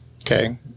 Okay